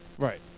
Right